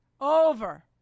over